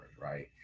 right